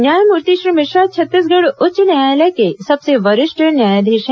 न्यायमूर्ति श्री मिश्रा छत्तीसगढ़ उच्च न्यायालय के सबसे वरिष्ठ न्यायाधीश हैं